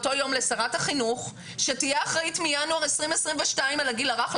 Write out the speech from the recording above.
לשרת החינוך שתהיה אחראית מינואר 2022 על הגיל הרך,